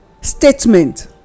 statement